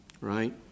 Right